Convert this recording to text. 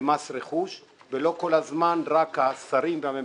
למס רכוש ולא כל הזמן רק לשרים ולממשלה.